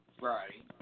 Right